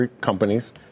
companies